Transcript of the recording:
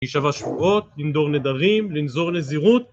להישבע שבועות, לנדור נדרים, לנזור נזירות